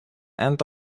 and